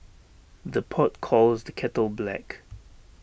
the pot calls the kettle black